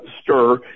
stir